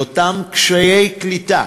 לאותם קשיי קליטה